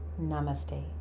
Namaste